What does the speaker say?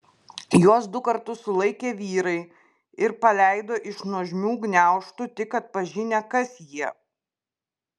juos du kartus sulaikė vyrai ir paleido iš nuožmių gniaužtų tik atpažinę kas jie